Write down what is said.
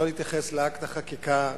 אינני יכול שלא להתייחס לאקט החקיקה,